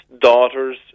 daughters